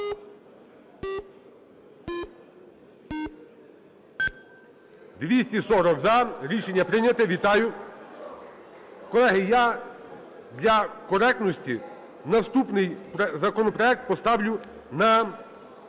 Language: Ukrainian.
За-240 Рішення прийнято. Вітаю! Колеги, я для коректності, наступний законопроект поставлю на